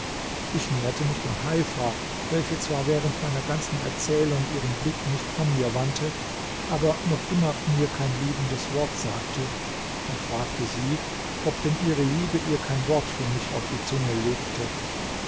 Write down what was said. ich näherte mich dann heifa welche zwar während meiner ganzen erzählung ihren blick nicht von mir wandte aber noch immer mir kein liebendes wort sagte und fragte sie ob denn ihre liebe ihr kein wort für mich auf die zunge legte